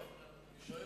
לא.